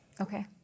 Okay